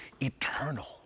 eternal